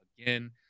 again